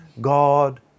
God